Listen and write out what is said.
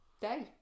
day